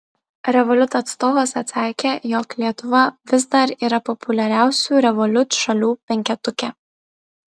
revolut atstovas atsakė jog lietuva vis dar yra populiariausių revolut šalių penketuke